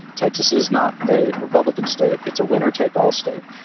texas is not a republican state. it's a winner take all state.